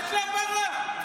אטלע ברא.